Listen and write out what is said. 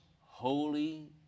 holy